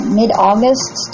mid-August